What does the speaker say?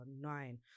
nine